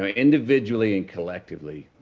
ah individually and collectively,